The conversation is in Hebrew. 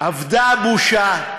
אבדה הבושה,